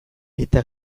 eta